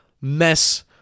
mess